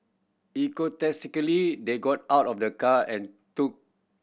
enthusiastically they got out of the car and took